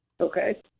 Okay